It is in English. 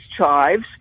chives